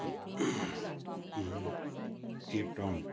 Cape Town